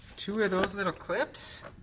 two of those little clips?